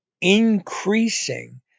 increasing